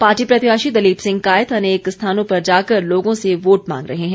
party प्रत्याशी दलीप सिंह कायथ अनेक स्थानों पर जाकर लोगों से वोट मांग रहे हैं